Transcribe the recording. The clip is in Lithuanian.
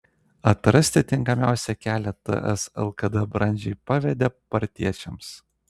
atrasti tinkamiausią kelią ts lkd brandžiai pavedė partiečiams